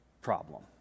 problem